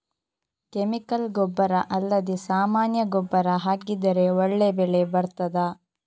Chemical ಗೊಬ್ಬರ ಅಲ್ಲದೆ ಸಾಮಾನ್ಯ ಗೊಬ್ಬರ ಹಾಕಿದರೆ ಒಳ್ಳೆ ಬೆಳೆ ಬರ್ತದಾ?